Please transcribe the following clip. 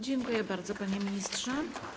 Dziękuję bardzo, panie ministrze.